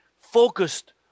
focused